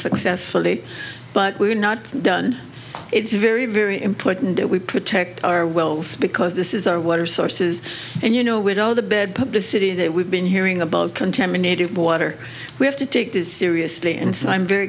unsuccessfully but we're not done it's very very important that we protect our wells because this is our water sources and you know widow the bad publicity that we've been hearing about contaminated water we have to take this seriously and so i'm very